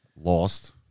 Lost